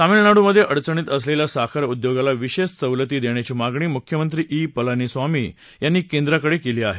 तमिळनाडूमध्ये अडचणीत असलेल्या साखर उद्योगाला विशेष सवलती देण्याची मागणी मुख्यमंत्री ई पलानीस्वामी यांनी केंद्राकडे केली आहे